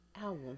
album